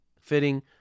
fitting